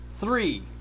three